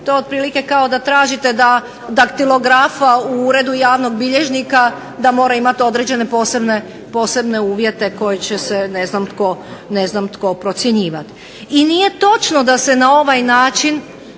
to otprilike kao da tražite da daktilografa u Uredu javnog bilježnika da mora imati određene posebne uvjete koje će ne znam tko procjenjivati. I nije točno da se na ovaj način